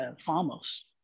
farmers